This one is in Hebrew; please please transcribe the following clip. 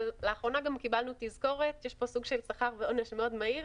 אבל לאחרונה גם קיבלנו תזכורת שיש פה סוג של שכר ועונש מאוד מהיר.